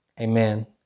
Amen